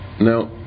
Now